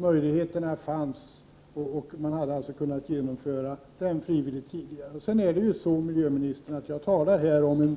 Möjligheter fanns, och man 22 maj 1989 hade alltså kunnat genomföra den frivilligt tidigare. Sedan är det så, miljöministern, att jag här talar om